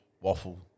waffle